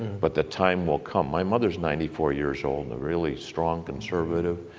but the time will come. my mother is ninety four years old, really strong conservative.